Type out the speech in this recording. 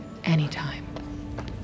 Anytime